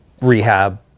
rehab